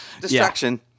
Destruction